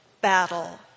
battle